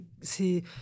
c'est